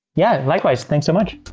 yeah, likewise. thanks so much